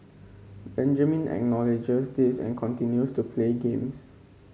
Benjamin acknowledges this and continues to play games